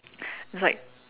it's like